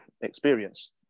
experience